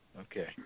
Okay